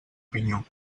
pinyó